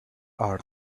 are